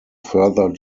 further